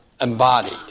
embodied